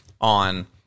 on